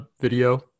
video